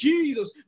Jesus